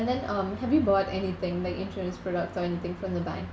and then um have you bought anything like insurance products or anything from the bank